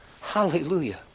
Hallelujah